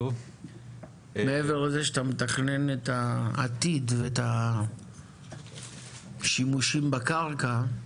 מעבר לזה שאתה מתכנן את העתיד ואת השימושים בקרקע.